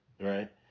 right